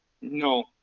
No